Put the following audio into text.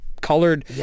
colored